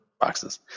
boxes